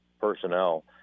personnel